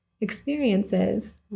experiences